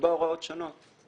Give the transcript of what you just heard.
לקבוע הוראות שונות.